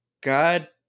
God